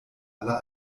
aller